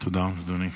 תודה, אדוני.